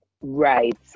Right